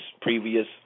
previous